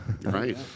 Right